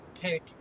pick